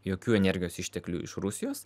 jokių energijos išteklių iš rusijos